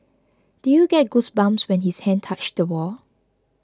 did you get goosebumps when his hand touched the wall